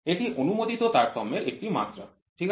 এটি অনুমোদিত তারতম্যের একটি মাত্রা ঠিক আছে